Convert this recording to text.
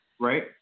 Right